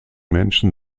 menschen